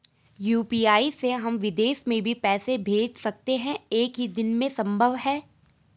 UPI से हम विदेश में भी पैसे भेज सकते हैं एक ही दिन में संभव है?